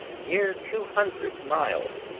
near two hundred miles,